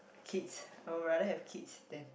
kids I'll rather have kids than